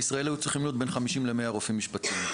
בישראל היו צריכים להיות בין 50 ל-100 רופאים משפטיים.